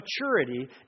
maturity